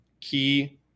key